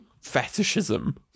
fetishism